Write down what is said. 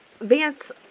Vance